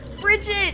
Bridget